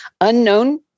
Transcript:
unknown